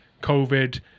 COVID